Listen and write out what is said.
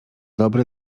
dobry